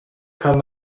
kann